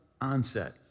onset